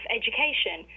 education